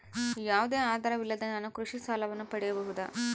ಯಾವುದೇ ಆಧಾರವಿಲ್ಲದೆ ನಾನು ಕೃಷಿ ಸಾಲವನ್ನು ಪಡೆಯಬಹುದಾ?